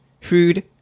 food